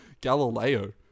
galileo